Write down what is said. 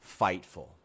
FIGHTful